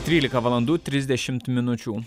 trylika valandų trisdešimt minučių